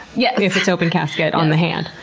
yeah if it's open casket, on the hand.